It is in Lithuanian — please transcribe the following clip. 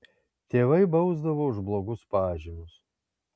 tėvai bausdavo už blogus pažymius